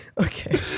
Okay